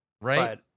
right